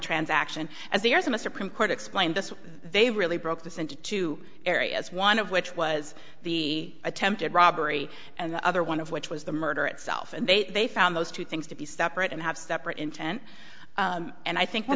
a supreme court explained this they really broke this into two areas one of which was the attempted robbery and the other one of which was the murder itself and they found those two things to be separate and have separate intent and i think that